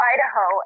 Idaho